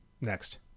Next